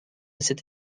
cette